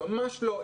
ממש לא.